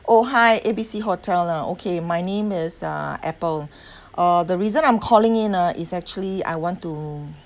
oh hi A B C hotel lah okay my name is uh apple uh the reason I'm calling in ah is I want to